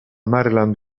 maryland